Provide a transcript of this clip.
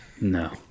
No